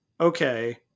Okay